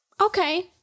okay